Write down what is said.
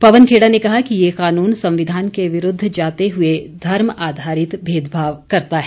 पवन खेड़ा ने कहा कि ये कानून संविधान के विरूद्व जाते हुए धर्म आधारित भेदभाव करता है